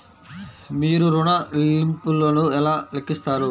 మీరు ఋణ ల్లింపులను ఎలా లెక్కిస్తారు?